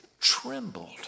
trembled